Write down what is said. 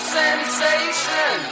sensation